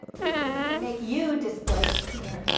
we we can make you displace here.